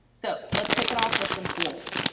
so let's kick it off with some tools.